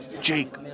Jake